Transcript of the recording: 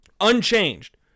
Unchanged